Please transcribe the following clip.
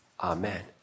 Amen